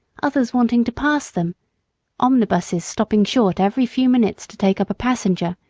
others wanting to pass them omnibuses stopping short every few minutes to take up a passenger,